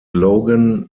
logan